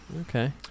Okay